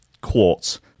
quartz